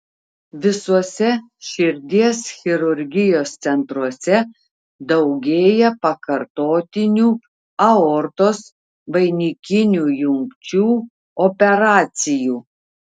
visuose širdies chirurgijos centruose daugėja pakartotinių aortos vainikinių jungčių operacijų